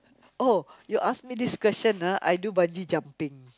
oh you ask me this question ah I do bungee jumping